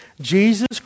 Jesus